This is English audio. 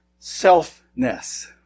selfness